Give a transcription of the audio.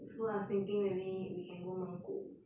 so I was thinking maybe we can go 蒙古